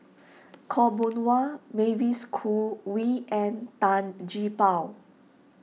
Khaw Boon Wan Mavis Khoo Oei and Tan Gee Paw